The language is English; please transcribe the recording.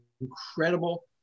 incredible